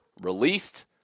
released